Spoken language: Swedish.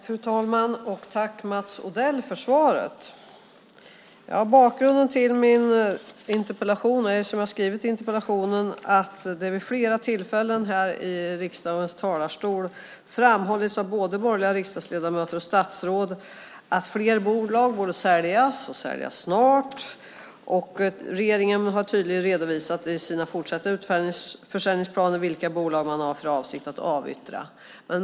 Fru talman! Tack, Mats Odell, för svaret! Bakgrunden till min interpellation är, som jag skriver i interpellationen, att det vid flera tillfällen här i riksdagens talarstol har framhållits av både borgerliga riksdagsledamöter och statsråd att fler bolag borde säljas och säljas snart. Regeringen har tydligen redovisat i sina fortsatta utförsäljningsplaner vilka bolag man har för avsikt att avyttra.